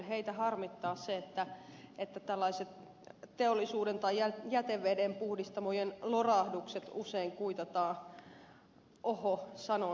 heitä harmittaa se että tällaiset teollisuuden tai jätevedenpuhdistamojen lorahdukset usein kuitataan oho sanonnalla